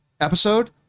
episode